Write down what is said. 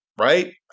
right